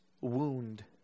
wound